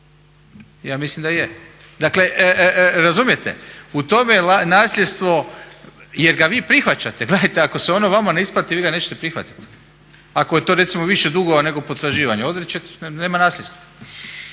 Ja mislim da je. Dakle razumijete? U tome je nasljedstvo jer ga vi prihvaćate. Gledajte ako se ono vama ne isplati vi ga nećete prihvatiti. Ako je to recimo više dugova nego potraživanja, odričete se, nema nasljedstva.